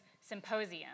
Symposium